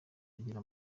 agira